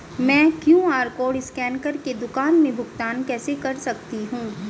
मैं QR code scan कर के दुकान में भुगतान कैसे कर सकती हूँ?